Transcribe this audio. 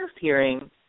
hearing